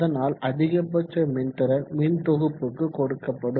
அதனால் அதிகபட்ச மின்திறன் மின்தொகுப்புக்கு கொடுக்கப்படும்